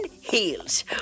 heels